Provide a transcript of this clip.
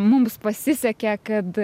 mums pasisekė kad